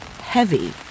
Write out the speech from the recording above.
heavy